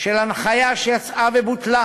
של ההנחיה שיצאה ובוטלה